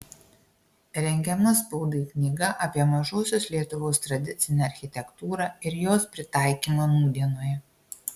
rengiama spaudai knyga apie mažosios lietuvos tradicinę architektūrą ir jos pritaikymą nūdienoje